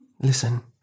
Listen